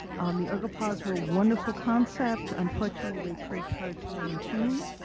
um the ergopods were a wonderful concept, unfortunately they proved hard to maintain.